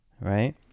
right